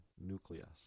nucleus